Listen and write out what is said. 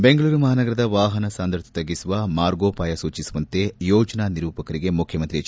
ಬೆಂಗಳೂರು ಮಹಾನಗರದ ವಾಹನ ಸಾಂದ್ರತೆ ತಗ್ಗಿಸುವ ಮಾರ್ಗೋಪಾಯ ಸೂಚಿಸುವಂತೆ ಯೋಜನಾ ನಿರೂಪಕರಿಗೆ ಮುಖ್ಯಮಂತ್ರಿ ಎಚ್